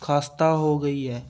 ਖਸਤਾ ਹੋ ਗਈ ਹੈ